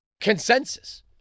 Consensus